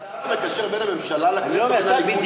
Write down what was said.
אתה השר המקשר בין הממשלה לכנסת או בין הליכוד לכנסת?